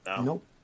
Nope